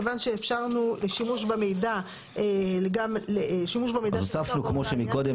כיוון שאפשרנו לשימוש במידע --- אז הוספנו כמו שמקודם,